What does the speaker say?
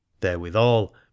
Therewithal